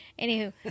anywho